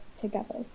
together